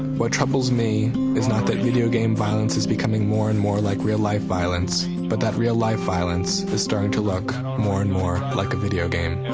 what troubles me is not that video game violence is becoming more and more like real life violence, but that real life violence is starting to look and um more and more like a video game.